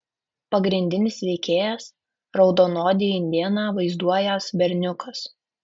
pagrindinis veikėjas raudonodį indėną vaizduojąs berniukas